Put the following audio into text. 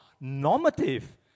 normative